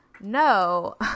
No